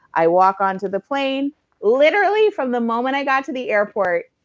i walk onto the plane literally, from the moment i got to the airport,